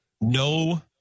No